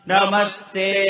Namaste